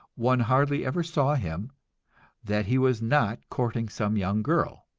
one hardly ever saw him that he was not courting some young girl.